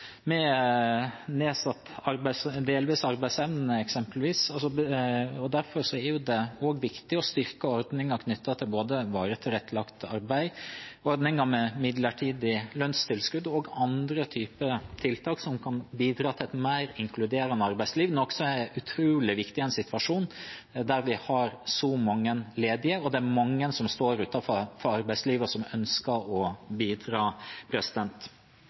delvis arbeidsevne eksempelvis. Derfor er det også viktig å styrke både ordningen knyttet til varig tilrettelagt arbeid, ordningen med midlertidig lønnstilskudd og andre typer tiltak som kan bidra til et mer inkluderende arbeidsliv, noe som er utrolig viktig i en situasjon der vi har så mange ledige, og der det er mange som står utenfor arbeidslivet, og som ønsker å bidra.